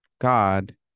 God